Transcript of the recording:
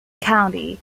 county